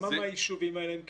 כמה מהיישובים האלה הם קיבוצים?